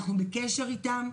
אנחנו בקשר איתם.